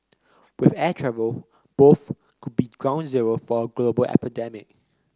with air travel both could be ground zero for a global epidemic